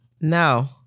No